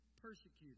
persecuted